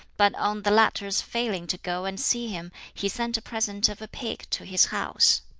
but on the latter's failing to go and see him, he sent a present of a pig to his house.